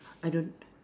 I don't